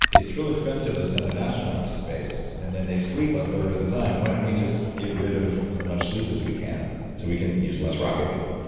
it's real expensive to send an astronaut to space, and then they sleep a third of the time. why don't we just get rid of as much sleep as we can, so we can use less rocket fuel?